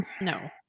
No